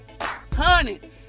Honey